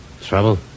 Trouble